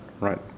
right